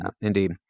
indeed